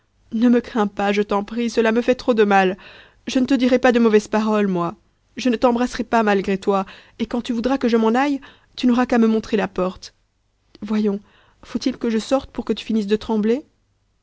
ne me crains pas je t'en prie cela me fait trop de mal je ne te dirai pas de mauvaises paroles moi je ne t'embrasserai pas malgré toi et quand tu voudras que je m'en aille tu n'auras qu'à me montrer la porte voyons faut-il que je sorte pour que tu finisses de trembler